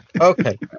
Okay